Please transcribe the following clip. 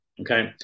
Okay